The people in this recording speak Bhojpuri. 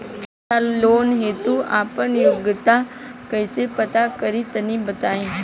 शिक्षा लोन हेतु हम आपन योग्यता कइसे पता करि तनि बताई?